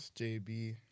JB